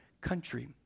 country